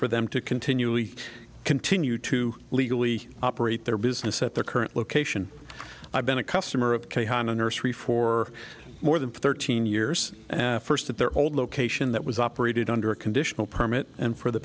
for them to continually continue to legally operate their business at their current location i've been a customer of k hina nursery for more than thirteen years first at their old location that was operated under a conditional permit and for the